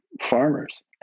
farmers